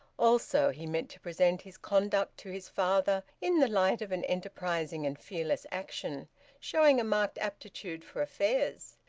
also, he meant to present his conduct to his father in the light of an enterprising and fearless action showing a marked aptitude for affairs.